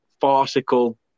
farcical